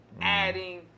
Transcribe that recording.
adding